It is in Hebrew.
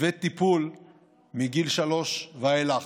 וטיפול מגיל שלוש ואילך.